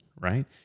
right